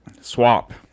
swap